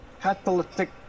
catalytic